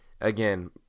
again